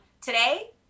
today